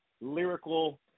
lyrical